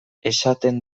esaten